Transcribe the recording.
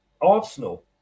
Arsenal